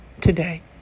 today